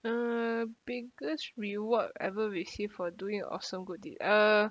uh biggest reward ever received for doing a awesome good deed uh